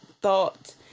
thought